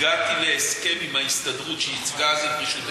הגעתי להסכם עם ההסתדרות שייצגה אז את רשות השידור,